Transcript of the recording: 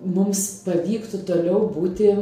mums pavyktų toliau būti